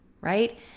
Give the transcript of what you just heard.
Right